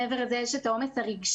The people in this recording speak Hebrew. ומעבר לזה יש את העומס הרגשי